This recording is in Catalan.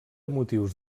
motius